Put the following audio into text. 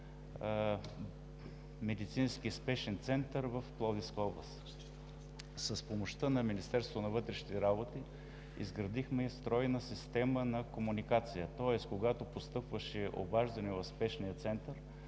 медицински спешен център в Пловдивска област. С помощта на Министерството на вътрешните работи изградихме стройна система на комуникация, тоест когато постъпваше обаждане в Спешния център,